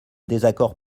désaccord